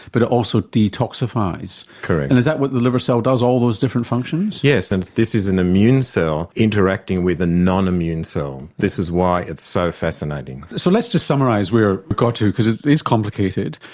but it also detoxifies. correct. and is that what the liver cell does, all those different functions? yes, and this is an immune cell interacting with a non-immune cell. so um this is why it's so fascinating. so let's just summarise where we've got to because it is complicated.